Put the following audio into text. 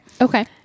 Okay